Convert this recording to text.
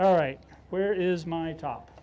all right where is my top